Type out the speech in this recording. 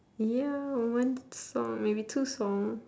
ya one song maybe two song